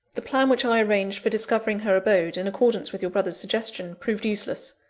the plan which i arranged for discovering her abode, in accordance with your brother's suggestion, proved useless.